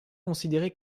considéré